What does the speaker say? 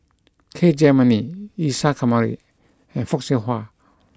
K Jayamani Isa Kamari and Fock Siew Wah